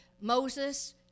Moses